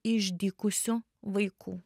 išdykusių vaikų